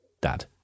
dad